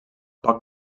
poc